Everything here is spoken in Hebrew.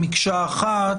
אחת,